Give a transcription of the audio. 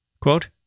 quote